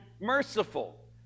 merciful